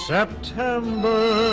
September